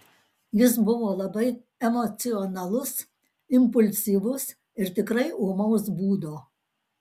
jis buvo labai emocionalus impulsyvus ir tikrai ūmaus būdo